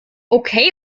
okay